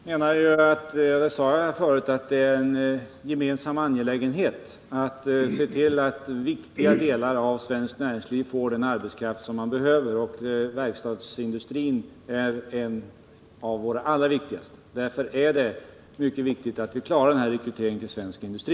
Herr talman! Jag menar, som jag sade förut, att det är en gemensam angelägenhet att se till att viktiga delar av svenskt näringsliv får den arbetskraft som behövs. Verkstadsindustrin är en av våra allra viktigaste industrier. Därför är det mycket viktigt att vi klarar rekryteringen till svensk industri.